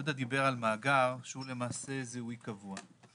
יהודה דיבר על מאגר שהוא למעשה זיהוי קבוע.